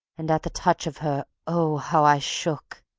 and at the touch of her, oh, how i shook!